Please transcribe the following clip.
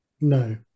No